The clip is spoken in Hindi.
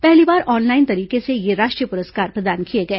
पहली बार ऑनलाइन तरीके से ये राष्ट्रीय पुरस्कार प्रदान किए गए